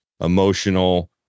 emotional